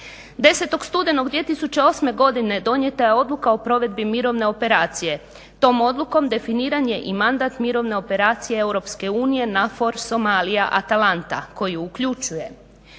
10.studenog 2008.godine donijeta je odluka o provedbi Mirovne operacije. Tom odlukom definiran je mandat Mirovne operacije EU NAVFOR Somalija-Atalanta koju uključuje